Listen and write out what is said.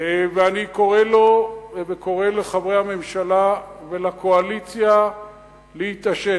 אני קורא לו וקורא לחברי הממשלה ולקואליציה להתעשת.